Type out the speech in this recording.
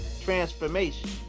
transformation